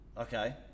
okay